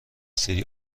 سری